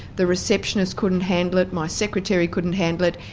the receptionist couldn't handle it, my secretary couldn't handle it,